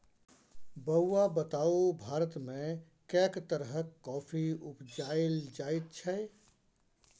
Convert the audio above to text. बौआ बताउ भारतमे कैक तरहक कॉफी उपजाएल जाइत छै?